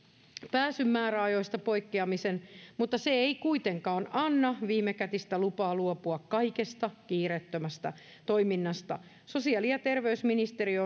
hoitoonpääsyn määräajoista poikkeamisen mutta se ei kuitenkaan anna viimekätistä lupaa luopua kaikesta kiireettömästä toiminnasta sosiaali ja terveysministeriö